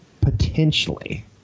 potentially